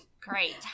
Great